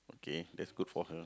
okay that's good for her